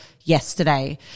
yesterday